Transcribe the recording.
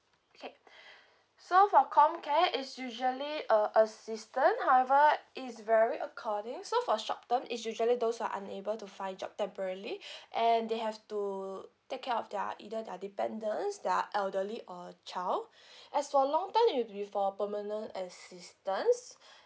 okay so for COMCARE it's usually a assistant however it's very according so for short term it's usually those who're unable to find job temporarily and they have to take care of their either their dependence their elderly or child as for long term it'll be for permanent assistance